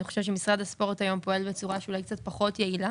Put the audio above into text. אני חושבת שמשרד הספורט היום פועל בצורה שאולי קצת פחות יעילה